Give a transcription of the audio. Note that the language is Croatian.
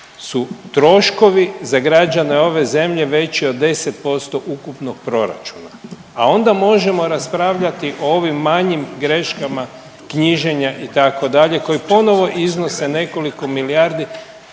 su troškovi za građane ove zemlje veći od 10% ukupnog proračuna, a onda možemo raspravljati o ovim manjim greškama knjiženja itd. koji ponovno iznose nekoliko milijardi,